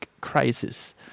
crisis